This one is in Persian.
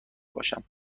باشم